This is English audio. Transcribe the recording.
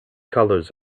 colours